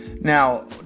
Now